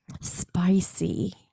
Spicy